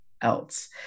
else